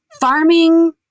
farming